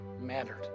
mattered